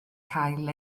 cael